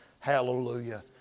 Hallelujah